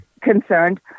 concerned